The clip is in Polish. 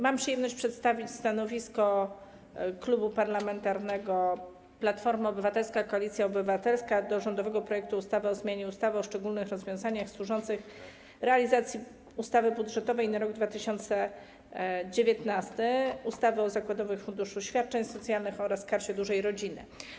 Mam przyjemność przedstawić stanowisko Klubu Parlamentarnego Platforma Obywatelska - Koalicja Obywatelska wobec rządowego projektu ustawy o zmianie ustawy o szczególnych rozwiązaniach służących realizacji ustawy budżetowej na rok 2019, ustawy o zakładowym funduszu świadczeń socjalnych oraz ustawy o Karcie Dużej Rodziny.